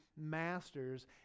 masters